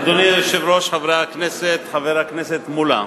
אדוני היושב-ראש, חברי הכנסת, חבר הכנסת מולה,